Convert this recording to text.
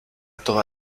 toda